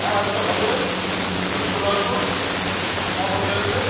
হ্যাঁ ওই তো হবে এখানে চলে আসুন মোটর গ্যারেজে